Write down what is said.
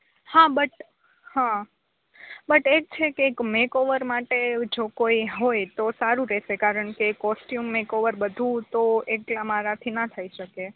હા બટ હા એછે કે એક મેક ઓવર માટે જો કોઈ હોય તો સારું રેશે કારણ કે કોસટયુમ મેકઓવર બધુ તો એકલા મારાથી ના થઈ શકે